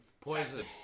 Poison